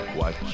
Watch